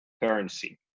currency